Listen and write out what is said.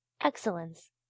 excellence